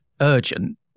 urgent